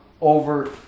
over